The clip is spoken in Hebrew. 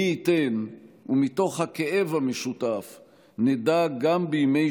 מי ייתן ומתוך הכאב המשותף נדע גם בימי